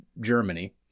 Germany